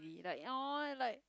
like orh like